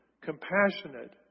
compassionate